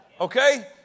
okay